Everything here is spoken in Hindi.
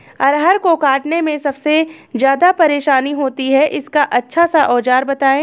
अरहर को काटने में सबसे ज्यादा परेशानी होती है इसका अच्छा सा औजार बताएं?